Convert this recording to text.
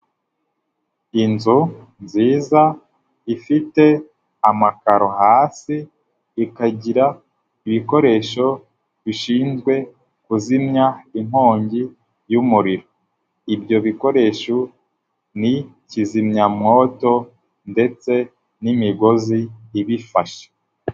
Inzu nziza ifite amakaro hasi, ikagira ibikoresho bishinzwe kuzimya inkongi y'umuriro. Ibyo bikoresho ni kizimyamwoto ndetse n'imigozi ibifashe.